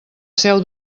seu